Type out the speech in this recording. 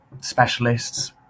specialists